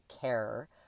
care